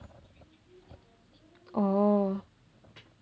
oh